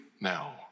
now